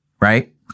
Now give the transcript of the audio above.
right